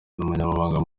umunyamabanga